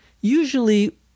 usually